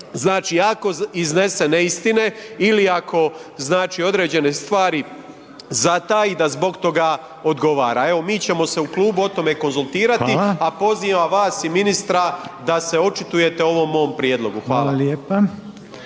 Znači, ako iznese neistine ili ako znači određene stvari zataji da zbog toga odgovara. Evo, mi ćemo se u klubu o tome konzultirati, a pozivam vas i ministra da se očitujete o ovom mom prijedlogu. Hvala.